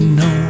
no